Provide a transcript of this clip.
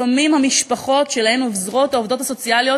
לפעמים המשפחות שלהן עוזרות העובדות הסוציאליות